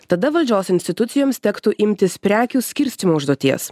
tada valdžios institucijoms tektų imtis prekių skirstymo užduoties